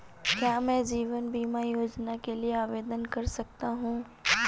क्या मैं जीवन बीमा योजना के लिए आवेदन कर सकता हूँ?